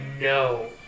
no